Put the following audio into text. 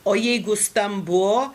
o jeigu stambu